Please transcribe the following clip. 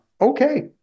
Okay